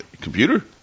computer